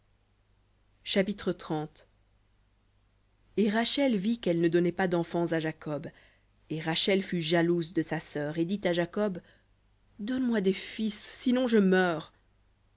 chapitre et rachel vit qu'elle ne donnait pas d'enfants à jacob et rachel fut jalouse de sa sœur et dit à jacob donne-moi des fils sinon je meurs